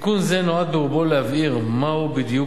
תיקון זה נועד ברובו להבהיר מהו בדיוק